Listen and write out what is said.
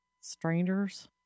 Strangers